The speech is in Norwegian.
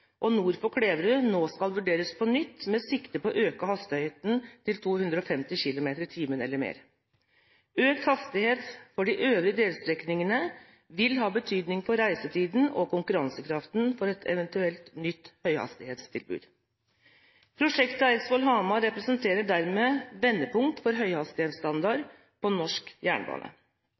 og nord for Kleverud nå skal vurderes på nytt, med sikte på å øke hastigheten til 250 km/t eller mer. Økt hastighet for de øvrige delstrekningene vil ha betydning for reisetiden og for konkurransekraften til et eventuelt nytt høyhastighetstilbud. Prosjektet Eidsvoll–Hamar representerer dermed et vendepunkt for høyhastighetsstandard på norsk jernbane.